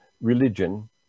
religion